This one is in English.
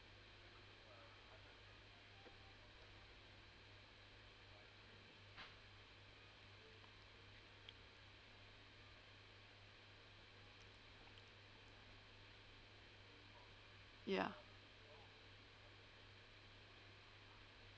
ya